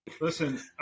Listen